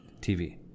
TV